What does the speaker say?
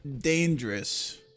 Dangerous